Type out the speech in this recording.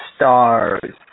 stars